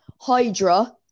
hydra